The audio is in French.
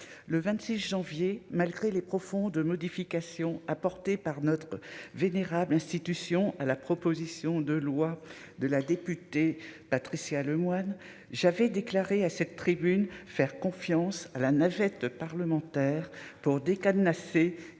le 26 janvier malgré les profondes modifications apportées par notre vénérable institution à la proposition de loi de la députée Patricia Lemoine j'avais déclaré à cette tribune, faire confiance à la navette parlementaire pour des cadenasser